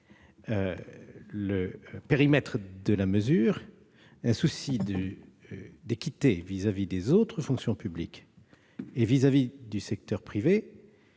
le périmètre de la mesure, un souci d'équité envers les autres fonctions publiques et le secteur privé